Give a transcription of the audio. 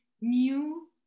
new